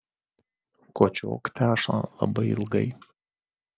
kočiok tešlą labai ilgai